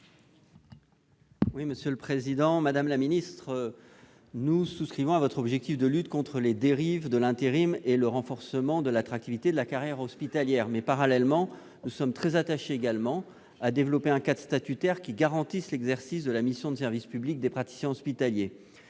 à M. Bernard Jomier. Madame la ministre, nous souscrivons à votre objectif de lutte contre les dérives de l'intérim et de renforcement de l'attractivité de la carrière hospitalière, mais parallèlement nous sommes également très attachés à développer un cadre statutaire qui garantisse l'exercice de la mission de service public des praticiens hospitaliers.